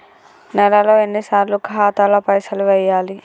నెలలో ఎన్నిసార్లు ఖాతాల పైసలు వెయ్యాలి?